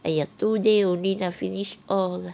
!aiya! two day only lah finish all